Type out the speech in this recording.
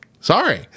Sorry